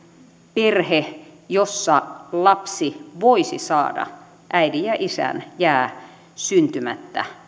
perhe jossa lapsi voisi saada äidin ja isän jää syntymättä